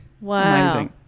Wow